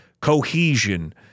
cohesion